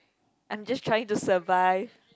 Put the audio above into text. I'm just trying to survive